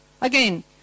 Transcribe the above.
Again